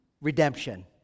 redemption